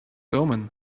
omen